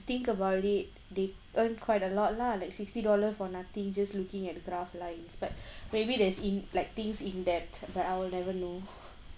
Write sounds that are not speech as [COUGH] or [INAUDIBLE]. think about it they earn quite a lot lah like sixty dollar for nothing just looking at graph lines but [BREATH] maybe there's in like things in depth but I'll never know [LAUGHS]